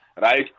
Right